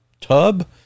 tub